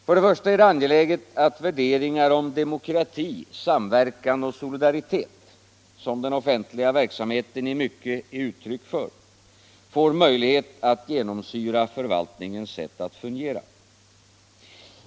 Först och främst är det angeläget att värderingar om demokrati, samverkan och solidaritet — som den offentliga verksamheten i mycket är ett uttryck för — får möjlighet att genomsyra förvaltningens sätt att fungera.